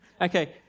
Okay